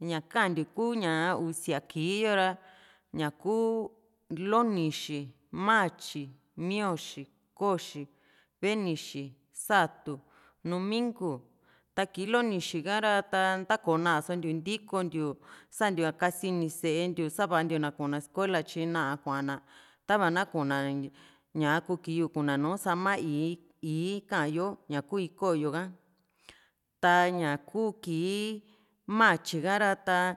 ñakantiu kuu usia kii yo ra ñaku lonixi matyi mioxi koxi venixi satu numingu ta kii lonixi ka ra ta ntakoo nasontiu ntokontiu santiu ña kasini sentiu savantiu na kuna escuela tyi naa kuana tava na kuu na ña kuki yuku na nùù sama ii ii ka´yo ku iko´yo ka ta ña kuu kii matyi kara ta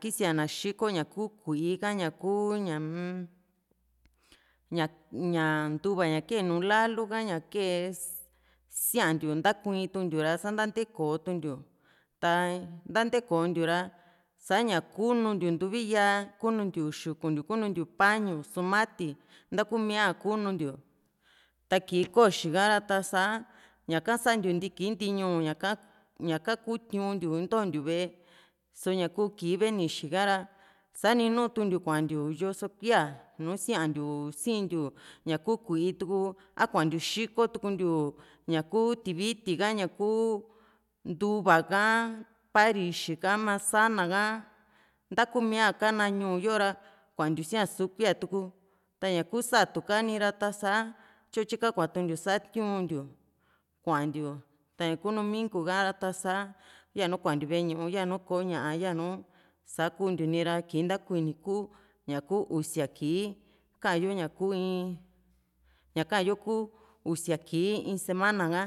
kisia na xiko ku kui´i ka ñaku umm ña ña nduva kee nùù lalu ha´ña kee siantiu ntakuintuku ntiu sa nantekotu ntiu ta ntantekontiu ra saña kununtiu ntuvi yaa kununtiu xuku kununtiu pañu sumati ntakumia kununtiu ta kii koxi kara sa ñaka santiu ntiki ntiiñu ña ñaka ku tiu´n ntiu ntontiu ve´e so ñaku kii venixi ka ra sani nuntukuntiu kuantiu yososkuilla nùù siantiu siintiu ñaku kui´i tuku akuantiu xiko tukuntiu ñaku tiviti ka ñaku ntuva ka parixi ka masana ka ntakumia kana ñuu yo´ra kuantiu síaa sukuiya tuku ta ñaku satu ka nira ta´sa tyo tyika kuatukuntiu satiuntiu kuantiu ñaku numingu ka´ra sa yanu kuantiu ve´e ñuu ya nu koo´ña yanu sakuntiuni ra kii ntakuini ku ñaku usia kii kaayo ña ku in ña ka´yo kuu usia kii in semana ka